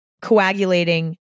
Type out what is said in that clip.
coagulating